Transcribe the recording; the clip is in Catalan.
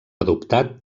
adoptat